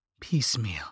piecemeal